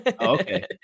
Okay